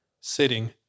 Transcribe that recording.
sitting